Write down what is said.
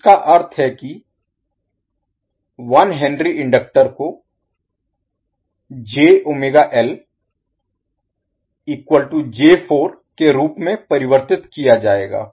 इसका अर्थ है कि 1H इंडक्टर को के रूप में परिवर्तित किया जाएगा